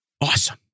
Awesome